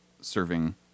serving